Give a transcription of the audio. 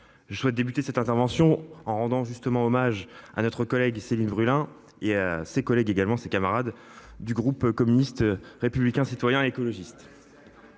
Je souhaite débuter cette intervention en rendant justement hommage à notre collègue et Céline Brulin, et à ses collègues également ses camarades du groupe communiste, républicain, citoyen et écologiste.